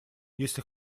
если